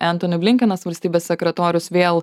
entoni blinkinas valstybės sekretorius vėl